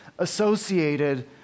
associated